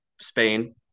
Spain